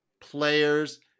players